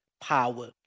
power